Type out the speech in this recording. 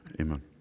Amen